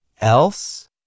else